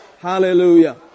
Hallelujah